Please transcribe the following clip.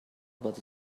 but